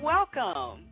Welcome